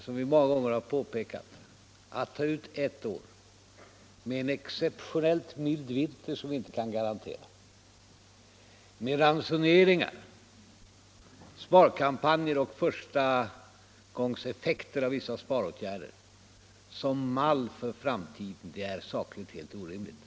Att ta ett år — det har vi många gånger påpekat — med en exceptionellt mild vinter, vars upprepande vi inte kan garantera, ett år med ransoneringar, sparkampanjer och förstagångseffekter av vissa sparåtgärder som mall för framtiden är sakligt helt orimligt.